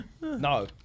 No